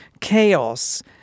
chaos